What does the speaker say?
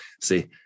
see